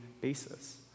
basis